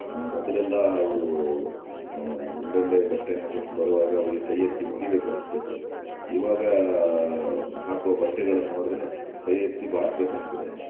ಮೊದಲೆಲ್ಲ ಅವರು ಒಳ್ಳೊಳ್ಳೆಯ ಬಟ್ಟೆಯನ್ನು ತೊಟ್ಟು ಬರುವಾಗ ಅವರಿಗೆ ಕೈ ಎತ್ತಿ ಮುಗಿಬೇಕನ್ನಿಸ್ತಿತ್ತು ಇವಾಗ ಹಾಕುವ ಬಟ್ಟೆಗಳನ್ನು ನೋಡಿದರೆ ಕೈ ಎತ್ತಿ ಬಾರಿಸಬೇಕನ್ನಿಸ್ತದೆ